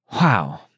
Wow